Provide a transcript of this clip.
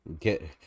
get